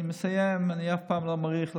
אני מסיים, אני אף פעם לא מאריך לך.